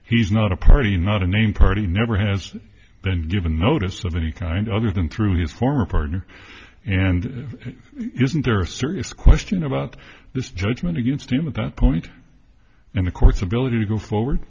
he's not a party not a name party never has been given notice of any kind other than through his former partner and isn't there a serious question about this judgment against him at that point in the court's ability to go forward